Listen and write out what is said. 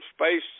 Space